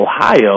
Ohio